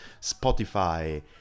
Spotify